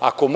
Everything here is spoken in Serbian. Ako